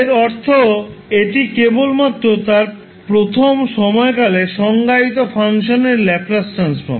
এর অর্থ এটি কেবলমাত্র তার প্রথম সময়কালে সংজ্ঞায়িত ফাংশনের ল্যাপ্লাস ট্রান্সফর্ম